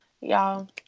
Y'all